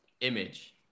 image